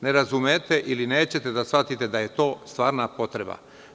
Ne razumete ili nećete da shvatite da je to stvarna potreba.